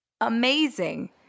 Amazing